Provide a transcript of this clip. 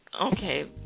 Okay